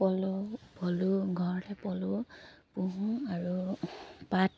পলু পলু ঘৰতে পলু পোহোঁ আৰু পাত